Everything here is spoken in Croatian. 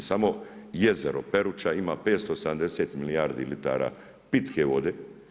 A samo jezero Peruča ima 570 milijardi litara pitke vode.